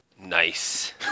nice